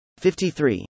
53